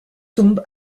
tombe